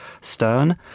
Stern